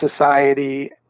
society